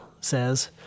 says